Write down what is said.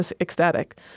ecstatic